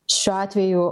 šiuo atveju